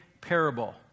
parable